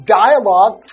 dialogue